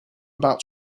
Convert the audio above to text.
about